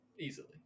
Easily